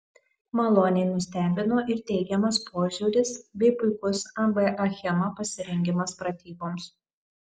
maloniai nustebino ir teigiamas požiūris bei puikus ab achema pasirengimas pratyboms